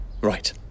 Right